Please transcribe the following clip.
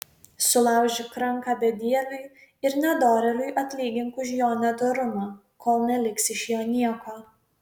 sulaužyk ranką bedieviui ir nedorėliui atlygink už jo nedorumą kol neliks iš jo nieko